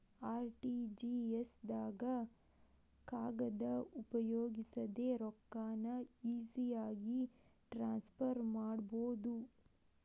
RTGS ದಾಗ ಕಾಗದ ಉಪಯೋಗಿಸದೆ ರೊಕ್ಕಾನ ಈಜಿಯಾಗಿ ಟ್ರಾನ್ಸ್ಫರ್ ಮಾಡಬೋದು